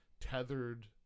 tethered